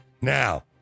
Now